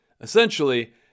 Essentially